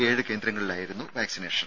ഏഴ് കേന്ദ്രങ്ങളിലായിരുന്നു വാക്സിനേഷൻ